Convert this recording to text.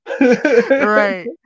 right